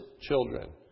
children